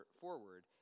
forward